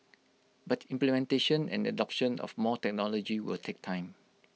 but implementation and adoption of more technology will take time